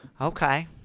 Okay